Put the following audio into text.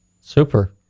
Super